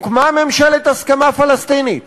הוקמה ממשלת הסכמה פלסטינית.